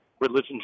religion